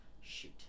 shoot